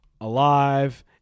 alive